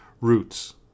roots